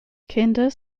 kinder